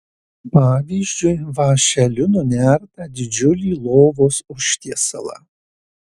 pavyzdžiui vąšeliu nunertą didžiulį lovos užtiesalą